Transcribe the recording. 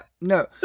no